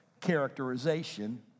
characterization